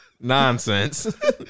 nonsense